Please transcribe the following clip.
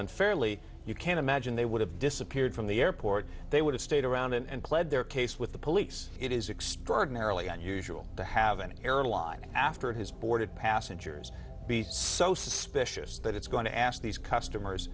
unfairly you can imagine they would have disappeared from the airport they would have stayed around and pled their case with the police it is extraordinarily unusual to have an airline after his boarded passengers be so suspicious that it's going to ask these customers